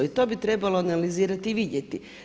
I to bi trebalo analizirati i vidjeti.